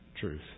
truth